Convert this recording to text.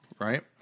right